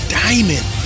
diamond